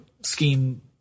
scheme